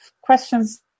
questions